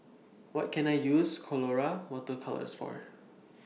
What Can I use Colora Water Colours For